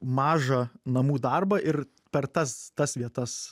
mažą namų darbą ir per tas tas vietas